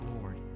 Lord